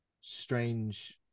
strange